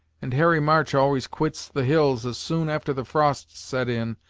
and harry march always quits the hills as soon after the frosts set in,